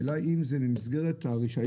השאלה אם זה במסגרת הרישיון.